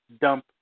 dump